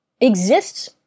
exists